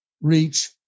reach